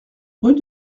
rue